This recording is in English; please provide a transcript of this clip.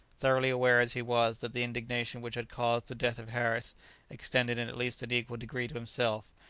thoroughly aware as he was that the indignation which had caused the death of harris extended in at least an equal degree to himself,